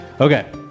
Okay